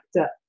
up